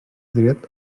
dret